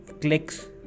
clicks